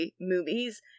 movies